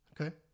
Okay